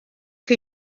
que